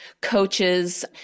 coaches